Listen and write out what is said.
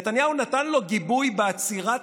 נתניהו נתן לו גיבוי בעצירת